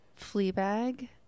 Fleabag